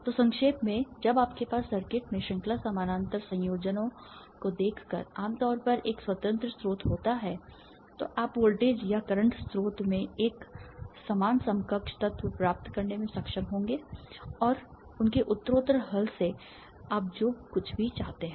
तो संक्षेप में जब आपके पास सर्किट में श्रृंखला समानांतर संयोजनों को देखकर आमतौर पर एक स्वतंत्र स्रोत होता है तो आप वोल्टेज या करंट स्रोत में एक समान समकक्ष तत्व प्राप्त करने में सक्षम होंगे और उनके उत्तरोत्तर हल से आप जो कुछ भी चाहते हैं